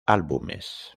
álbumes